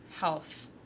health